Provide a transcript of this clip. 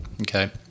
Okay